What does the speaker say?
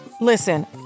Listen